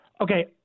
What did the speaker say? Okay